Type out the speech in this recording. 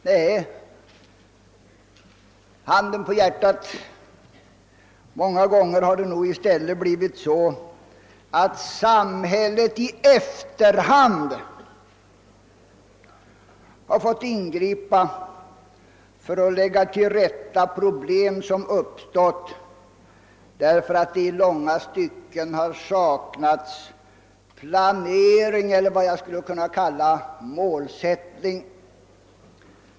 Nej, handen på hjärtat — många gånger har det nog i stället blivit så, att samhället i efterhand fått ingripa för att lösa de problem som uppstått därför att det i långa stycken saknats planering eller vad jag skulle kunna kalla målsättning.